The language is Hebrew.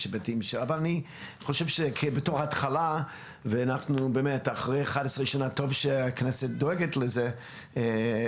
אבל אני חושב שבתור התחלה טוב שהכנסת דואגת לזה לאחר 11 שנים.